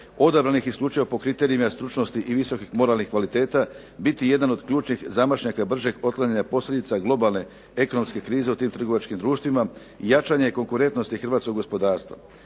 odabranih po kriterijima stručnosti i visokih moralnih kvaliteta biti jedan od ključnih zamašnjaka bržeg otklanjanja posljedica globalne ekonomske krize u tim trgovačkim društvima i jačanje konkurentnosti Hrvatskog gospodarstva.